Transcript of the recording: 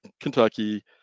Kentucky